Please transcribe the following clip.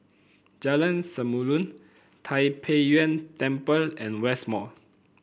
Jalan Samulun Tai Pei Yuen Temple and West Mall